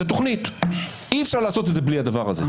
זו שאלה פרשנית שתתברר בפסיקה.